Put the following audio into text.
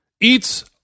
eats